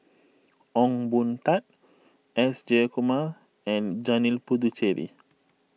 Ong Boon Tat S Jayakumar and Janil Puthucheary